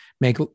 make